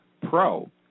pro